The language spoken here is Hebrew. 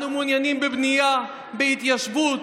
אנו מעוניינים בבנייה, בהתיישבות,